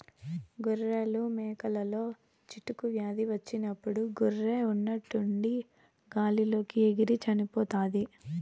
గొర్రెలు, మేకలలో చిటుకు వ్యాధి వచ్చినప్పుడు గొర్రె ఉన్నట్టుండి గాలి లోకి ఎగిరి చనిపోతాది